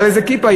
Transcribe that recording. היה לזה כיפה.